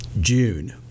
June